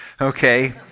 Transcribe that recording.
Okay